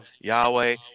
Yahweh